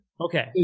Okay